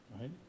right